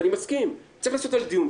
ואני מסכים, צריך לעשות דיון.